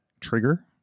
trigger